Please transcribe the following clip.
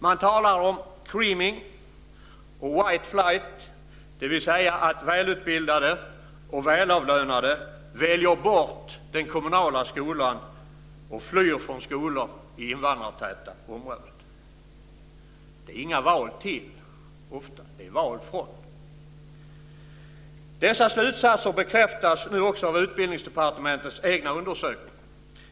Man talar om creaming och white flight, dvs. att välutbildade och välavlönade väljer bort den kommunala skolan och flyr från skolor i invandrartäta områden. Det är inga val till, utan det är val från. Dessa slutsatser bekräftas nu också av Utbildningsdepartementets egna undersökningar.